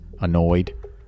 annoyed